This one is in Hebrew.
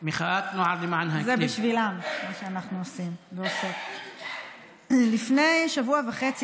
זה בשבילם, מה שאנחנו עושים, לפני שבוע וחצי